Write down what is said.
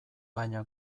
baina